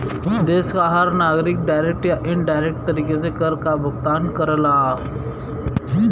देश क हर नागरिक डायरेक्ट या इनडायरेक्ट तरीके से कर काभुगतान करला